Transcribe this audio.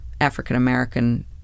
African-American